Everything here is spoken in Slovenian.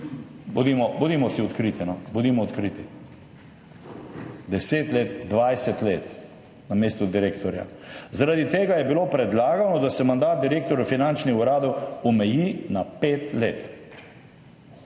Bodimo odkriti. 10 let, 20 let na mestu direktorja. Zaradi tega je bilo predlagano, da se mandat direktorjev finančnih uradov omeji na pet let.